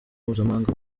mpuzamahanga